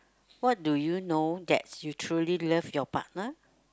what do you know that you truly love your partner